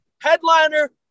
headliner